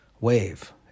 wave